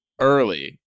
early